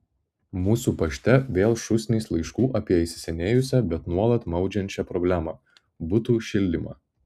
mūsų pašte vėl šūsnys laiškų apie įsisenėjusią bet nuolat maudžiančią problemą butų šildymą